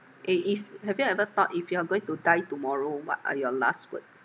eh if have you ever thought if you are going to die tomorrow what are your last word